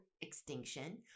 extinction